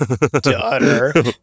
Daughter